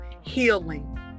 healing